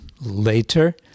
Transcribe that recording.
later